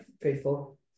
faithful